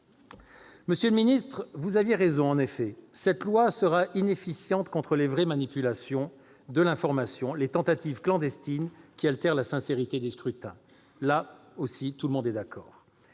Monsieur le ministre, vous aviez raison : en effet, cette loi sera inefficiente contre les vraies manipulations de l'information, les tentatives clandestines qui altèrent la sincérité des scrutins. Sur ce point aussi, tout le monde est d'accord.